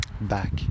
back